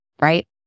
right